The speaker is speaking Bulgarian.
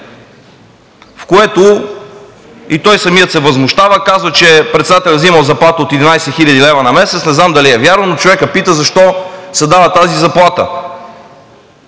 в което той самият се възмущава и казва, че председателят е взимал заплата от 11 хил. лв. на месец. Не знам дали е вярно, но човекът пита: защо се дава тази заплата?!